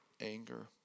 anger